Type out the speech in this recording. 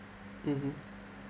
mmhmm